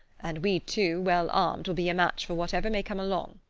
and we two, well armed, will be a match for whatever may come along.